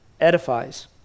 edifies